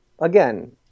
again